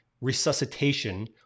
resuscitation